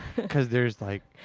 cause there's like